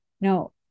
no